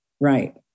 Right